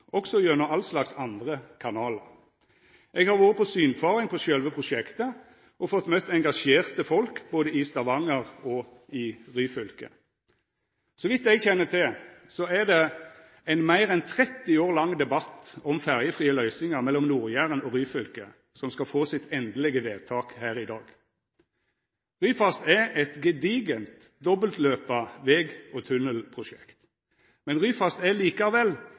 også gjennom alle slags andre kanalar. Eg har vore på synfaring på sjølve prosjektet og fått møta engasjerte folk både i Stavanger og i Ryfylke. Så vidt eg kjenner til, er det ein meir enn 30 år lang debatt om ferjefrie løysingar mellom Nord-Jæren og Ryfylke som skal få sitt endelege vedtak her i dag. Ryfast er eit gedigent dobbeltløpa veg- og tunnelprosjekt. Men Ryfast er likevel,